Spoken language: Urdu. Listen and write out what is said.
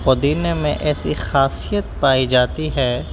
پودینے میں ایسی خاصیت پائی جاتی ہے